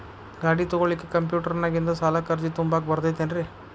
ಗಾಡಿ ತೊಗೋಳಿಕ್ಕೆ ಕಂಪ್ಯೂಟೆರ್ನ್ಯಾಗಿಂದ ಸಾಲಕ್ಕ್ ಅರ್ಜಿ ತುಂಬಾಕ ಬರತೈತೇನ್ರೇ?